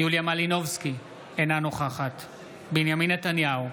יוליה מלינובסקי, אינה נוכחת בנימין נתניהו,